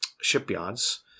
shipyards